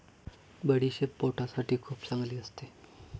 बडीशेप पोटासाठी खूप चांगली असते